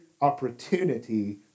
opportunity